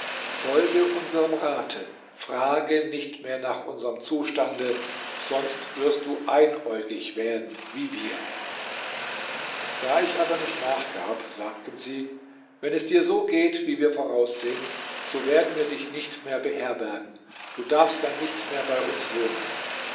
folge unserm rate frage nicht mehr nach unserm zustande sonst wirst du einäugig werden wie wir da ich aber nicht nachgab sagten sie wenn es dir so geht wie wir voraussehen so werden wir dich nicht mehr beherbergen du darfst dann nicht mehr bei uns wohnen